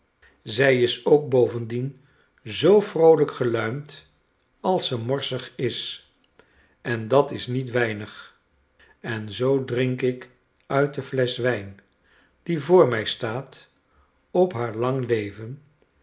zij is ook bovendien zoo vroolijk geluimd als ze morsig is en dat is niet weinig en zoo drink ik uit de flesch wijn die voor mij staat op haar lang leven